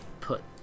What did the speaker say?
put